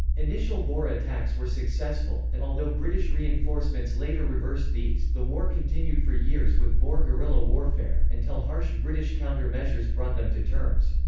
initial boer attacks were successful, and although british reinforcements later reversed these, the war continued for years with boer guerrilla warfare, warfare, until harsh british counter-measures brought them to terms.